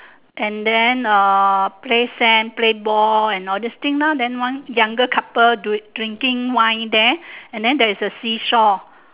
and then uh play sand play ball and all this thing lor then one younger couple drinking wine there and then there is a seashore